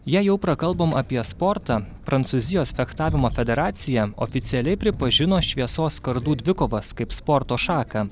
jei jau prakalbome apie sportą prancūzijos fechtavimo federacija oficialiai pripažino šviesos kardų dvikovas kaip sporto šaką